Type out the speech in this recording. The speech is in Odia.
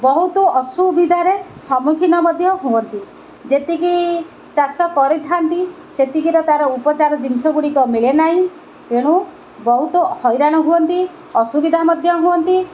ବହୁତ ଅସୁବିଧାରେ ସମ୍ମୁଖୀନ ମଧ୍ୟ ହୁଅନ୍ତି ଯେତିକି ଚାଷ କରିଥାନ୍ତି ସେତିକିର ତା'ର ଉପଚାର ଜିନିଷ ଗୁଡ଼ିକ ମିଳେ ନାହିଁ ତେଣୁ ବହୁତ ହଇରାଣ ହୁଅନ୍ତି ଅସୁବିଧା ମଧ୍ୟ ହୁଅନ୍ତି